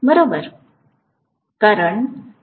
बरोबर